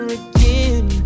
again